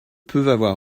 peuvent